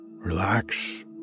Relax